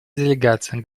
делегация